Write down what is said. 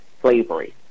slavery